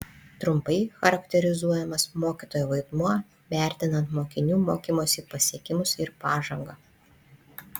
trumpai charakterizuojamas mokytojo vaidmuo vertinant mokinių mokymosi pasiekimus ir pažangą